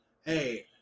hey